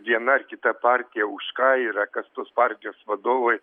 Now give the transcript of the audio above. viena ar kita partija už ką yra kas tos partijos vadovai